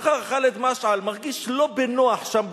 מחר ח'אלד משעל מרגיש לא בנוח שם,